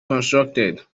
constructed